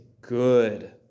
good